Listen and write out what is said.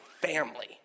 family